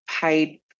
paid